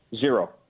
Zero